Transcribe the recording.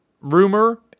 rumor